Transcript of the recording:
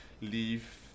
leave